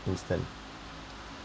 instance